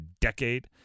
decade